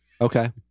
Okay